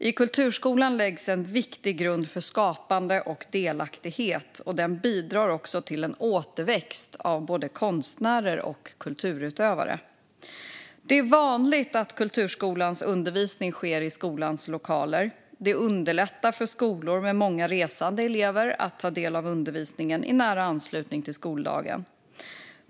I kulturskolan läggs en viktig grund för skapande och delaktighet. Den bidrar också till en återväxt av både konstnärer och kulturutövare. Det är vanligt att kulturskolans undervisning sker i skolans lokaler. Det underlättar för skolor med många resande elever att ta del av undervisningen i nära anslutning till skoldagen.